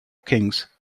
kings